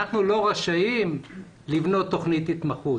אנחנו לא רשאים לבנות תכנית התמחות.